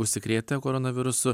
užsikrėtę koronavirusu